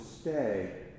stay